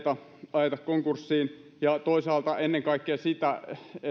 ajeta konkurssiin ja toisaalta ennen kaikkea sitä että